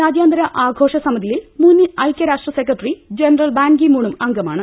രാജ്യാന്തര ആഘോഷ സമിതിയിൽ മുൻ ഐക്യരാഷ്ട്ര സെക്രട്ടറി ജനറൽ ബാൻ കി മൂണും അംഗമാണ്